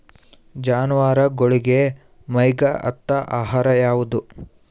ಜಾನವಾರಗೊಳಿಗಿ ಮೈಗ್ ಹತ್ತ ಆಹಾರ ಯಾವುದು?